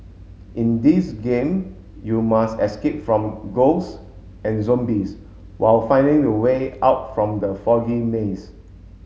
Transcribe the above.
in this game you must escape from ghosts and zombies while finding the way out from the foggy maze